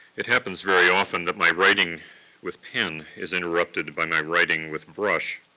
it happens very often that my writing with pen is interrupted by my writing with brush,